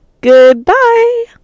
Goodbye